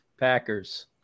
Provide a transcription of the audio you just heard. Packers